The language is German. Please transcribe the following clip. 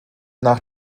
nach